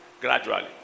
gradually